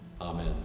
Amen